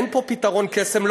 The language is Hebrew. אין פה פתרון קסם.